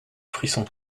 frisson